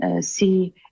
see